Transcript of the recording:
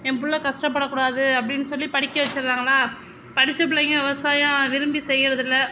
என் பிள்ள கஷ்டப்படக்கூடாது அப்டின்னு சொல்லி படிக்க வெச்சிடுறாங்களா படித்த பிள்ளைங்க விவசாயம் விரும்பி செய்யுறதில்ல